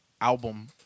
album